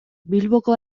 bilboko